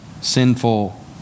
sinful